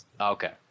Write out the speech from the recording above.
Okay